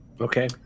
Okay